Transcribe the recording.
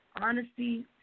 honesty